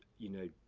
you know,